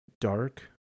dark